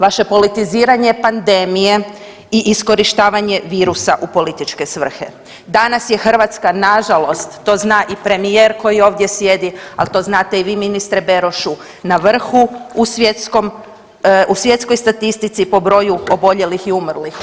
Vaše politiziranje pandemije i iskorištavanje virusa u političke svrhe, danas je Hrvatska nažalost, to zna i premijer koji ovdje sjedi, ali to znate i vi ministre Berošu na vrhu u svjetskoj statistici po broju oboljelih i umrlih.